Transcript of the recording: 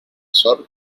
sort